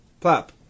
Plop